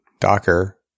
docker